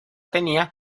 tenía